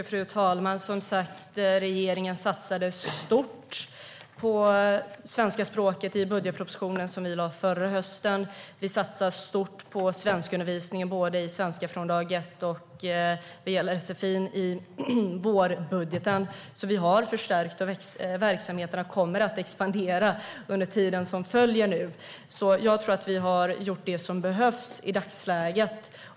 Fru talman! Regeringen satsade som sagt stort på svenska språket i budgetpropositionen som vi lade fram förra hösten. I vårbudgeten satsade vi stort på svenskundervisningen, både Svenska från dag ett och sfi. Vi har alltså förstärkt, och verksamheterna kommer att expandera under tiden som följer nu. Jag tror att vi har gjort det som behövs i dagsläget.